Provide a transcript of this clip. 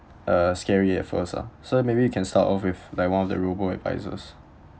uh scary at first lah so maybe you can start off with like one of the robo advisors